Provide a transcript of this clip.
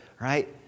right